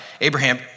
Abraham